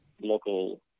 local